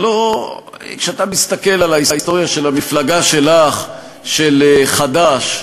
כשאתה מסתכל על ההיסטוריה של המפלגה שלך, של חד"ש,